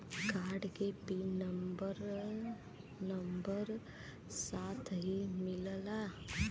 Card के pin number number साथही मिला?